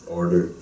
order